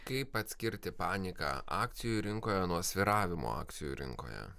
kaip atskirti paniką akcijų rinkoje nuo svyravimų akcijų rinkoje